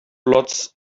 blots